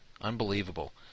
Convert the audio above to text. Unbelievable